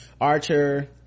archer